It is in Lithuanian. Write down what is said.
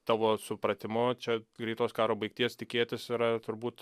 tavo supratimu čia greitos karo baigties tikėtis yra turbūt